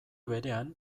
berean